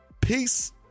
peace